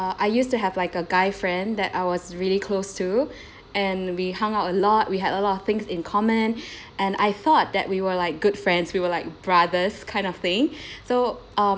I used to have like a guy friend that I was really close to and we hung out a lot we had a lot of things in common and I thought that we were like good friends we were like brothers kind of thing so um